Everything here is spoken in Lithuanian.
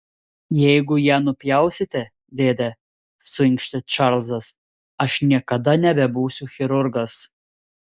jeigu ją nupjausite dėde suinkštė čarlzas aš niekada nebebūsiu chirurgas